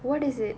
what is it